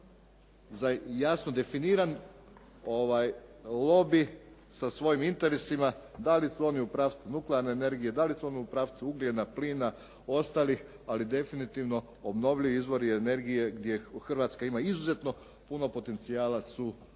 i jasno definiran lobi sa svojim interesima. Da li su oni u pravcu nuklearne energije, da li su oni u pravcu ugljena, plina, ostali ali definitivno obnovljivi izvori energije gdje Hrvatska ima izuzetno puno potencijala su